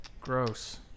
Gross